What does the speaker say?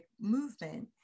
movement